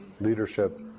leadership